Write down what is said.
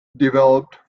developed